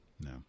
no